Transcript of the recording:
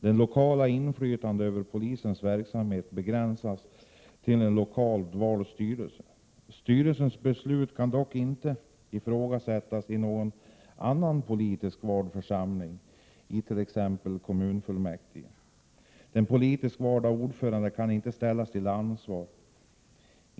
Det lokala inflytandet över polisens verksamhet begränsas till en lokalt vald styrelse. Styrelsens beslut kan dock inte ifrågasättas i någon annan politiskt vald församling, t.ex. kommunfullmäktige. Den politiskt valde ordföranden kan inte ställas till ansvar.